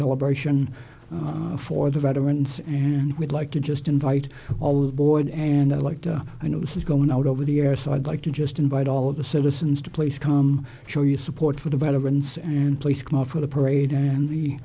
celebration for the veterans and would like to just invite all boyd and i like i know this is going out over the air so i'd like to just invite all of the citizens to place come show your support for the veterans and in place for the parade and the